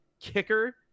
kicker